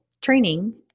training